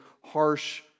harsh